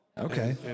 Okay